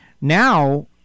now